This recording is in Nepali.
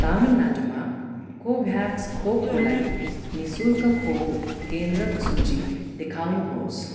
तमिलनाडुमा कोभ्याक्स खोपको लागि नि शुल्क खोप केन्द्रको सूची देखाउनुहोस्